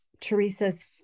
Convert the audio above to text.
Teresa's